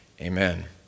Amen